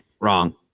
Wrong